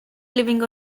living